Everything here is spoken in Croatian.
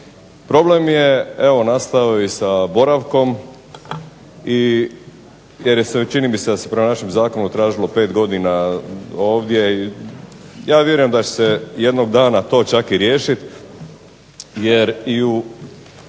Problem je nastao i sa boravkom jer čini mi se da se po našem zakonu tražilo 5 godina ovdje i ja vjerujem da će se jednog dana to čak i riješiti jer koliko